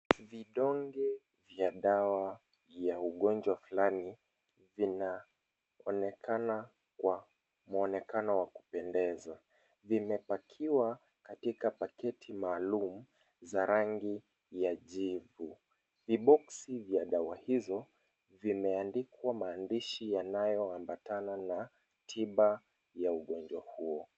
Vidonge vya dawa vya ugonjwa wa fulani, vinaonekana kwa muonekano wa kupendeza. Vimepakiwa katika paketi maalum za rangi ya jivu. Viboksi vya dawa hizo, vimeandikwa maandishi yanayoambatanaa na tiba ya ugonjwa huo.